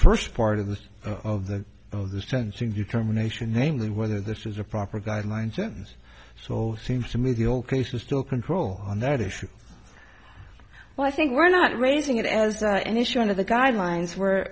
first part of the of the of the sentencing determination namely whether this is a proper guidelines so seems to me all cases still control on that issue well i think we're not raising it as an issue under the guidelines where